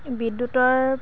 বিদ্যুতৰ